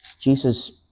Jesus